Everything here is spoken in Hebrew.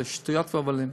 זה שטויות והבלים.